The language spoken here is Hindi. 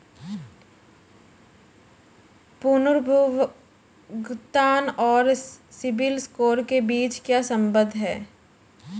पुनर्भुगतान और सिबिल स्कोर के बीच क्या संबंध है?